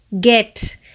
get